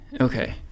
Okay